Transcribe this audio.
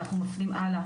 אנחנו מפנים הלאה,